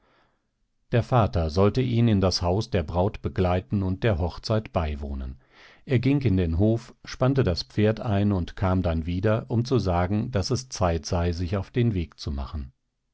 der vater sollte ihn in das haus der braut begleiten und der hochzeit beiwohnen er ging in den hof spannte das pferd ein und kam dann wieder um zu sagen daß es zeit sei sich auf den weg zu machen